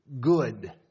good